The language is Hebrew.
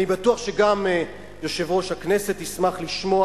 אני בטוח שגם יושב-ראש הכנסת ישמח לשמוע.